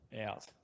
out